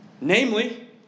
Namely